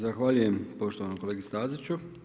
Zahvaljujem poštovanom kolegi Staziću.